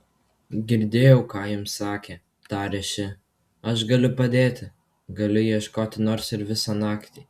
girdėjau ką jums sakė tarė ši aš galiu padėti galiu ieškoti nors ir visą naktį